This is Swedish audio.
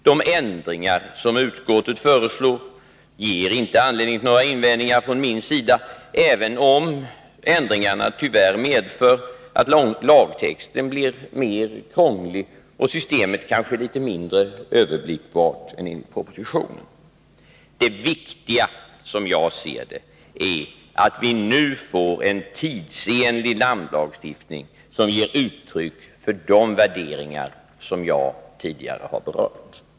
De ändringar som utskottet föreslår ger inte anledning till några invändningar från min sida, även om ändringarna tyvärr medför att lagtexten blir mer krånglig och systemet kanske litet mindre överblickbart än enligt propositionen. Det viktiga — som jag ser det — är att vi nu får en tidsenlig namnlagstiftning som ger uttryck för de värderingar som jag tidigare har berört.